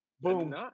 Boom